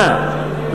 אנא,